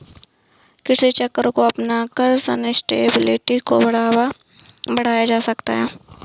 कृषि चक्र अपनाकर सस्टेनेबिलिटी को बढ़ाया जा सकता है